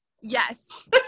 Yes